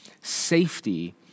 safety